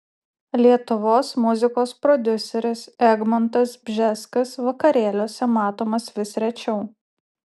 lietuvos muzikos prodiuseris egmontas bžeskas vakarėliuose matomas vis rečiau